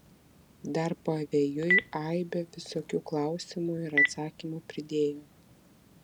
dar pavėjui aibę visokių klausimų ir atsakymų pridėjo